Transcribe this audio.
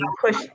Push